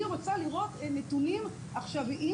אני רוצה לראות נתונים עכשוויים,